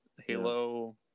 Halo